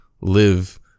live